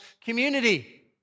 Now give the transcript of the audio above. community